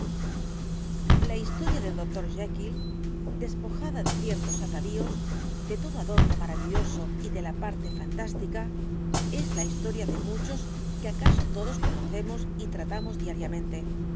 la historia del dr jekyll despojada de ciertos atavíos de todo adorno maravilloso y de la parte fantástica es la historia de muchos que acaso todos conocemos y tratamos diariamente